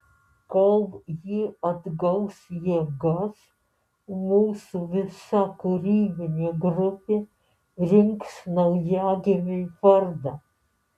kol ji atgaus jėgas mūsų visa kūrybinė grupė rinks naujagimiui vardą